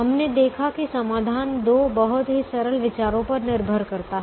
हमने देखा कि समाधान दो बहुत ही सरल विचारों पर निर्भर करता है